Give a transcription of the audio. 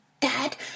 Dad